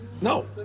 No